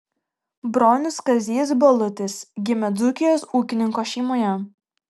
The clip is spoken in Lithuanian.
bronius kazys balutis gimė dzūkijos ūkininko šeimoje